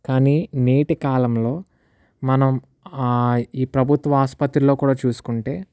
కాని నేటి కాలంలో మనం ఈ ప్రభుత్వ ఆసుపత్రిలో కూడా చూసుకుంటే